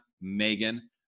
Megan